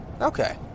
Okay